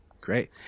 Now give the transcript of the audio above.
great